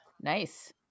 Nice